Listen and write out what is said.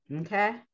Okay